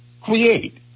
create